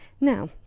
Now